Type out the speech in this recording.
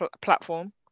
platform